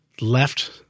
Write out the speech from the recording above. left